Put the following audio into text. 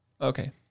Okay